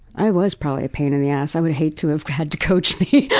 i was probably a pain in the ass. i would've hated to have had to coach me.